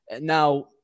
Now